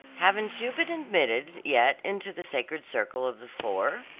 haven't you been admitted yet into the sacred circle of the four?